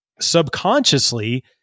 subconsciously